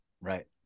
right